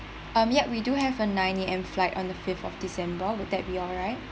um ya we do have a nine A_M flight on the fifth of december would that be alright